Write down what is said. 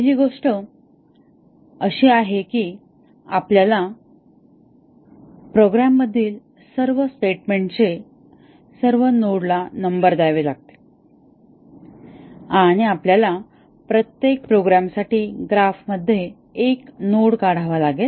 पहिली गोष्ट अशी आहे की आपल्याला प्रोग्राममधील सर्व स्टेटमेंटचे सर्व नोडला नंबर द्यावे लागतील आणि आपल्याला प्रत्येक प्रोग्रामसाठी ग्राफ मध्ये एक नोड काढावा लागेल